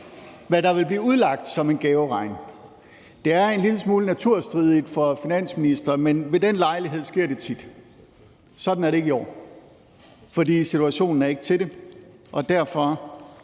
hvad der vil blive udlagt som en gaveregn. Det er en lille smule naturstridigt for finansministre, men ved den lejlighed sker det tit. Sådan er det ikke i år. For situationen er ikke til det, og derfor